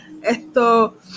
esto